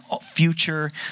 future